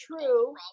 true